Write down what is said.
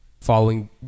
following